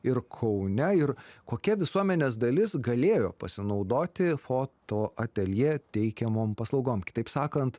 ir kaune ir kokia visuomenės dalis galėjo pasinaudoti fotoateljė teikiamom paslaugom kitaip sakant